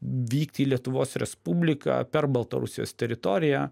vykti į lietuvos respubliką per baltarusijos teritoriją